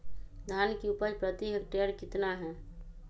धान की उपज प्रति हेक्टेयर कितना है?